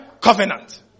covenant